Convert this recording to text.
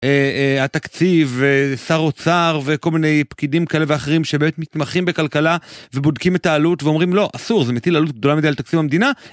התקציב, שר אוצר וכל מיני פקידים כאלה ואחרים שבאמת מתמחים בכלכלה ובודקים את העלות ואומרים לא, אסור, זה מטיל עלות גדולה מדי על תקציב המדינה.